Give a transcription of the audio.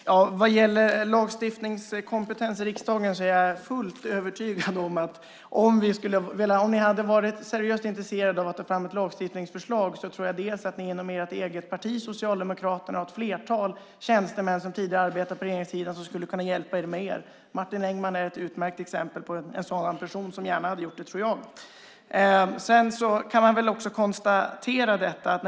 Herr talman! Vad gäller lagstiftningskompetens i riksdagen är jag fullt övertygad om att hade ni varit seriöst intresserade av att ta fram ett lagstiftningsförslag tror jag att ni inom ert eget parti, Socialdemokraterna, har ett flertal tjänstemän som tidigare arbetat på regeringssidan som skulle kunna hjälpa er med detta. Martin Engman är ett utmärkt exempel på en sådan person som jag tror gärna hade gjort detta.